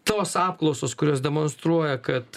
tos apklausos kurios demonstruoja kad